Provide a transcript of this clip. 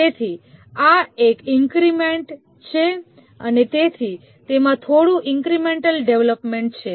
તેથી આ એક ઈન્ક્રિમેન્ટ છે અને તેથી તેમાં થોડું ઈન્ક્રિમેન્ટલ ડેવલપમેન્ટ છે